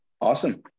Awesome